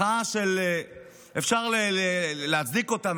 אפשר להצדיק אותם,